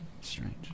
strange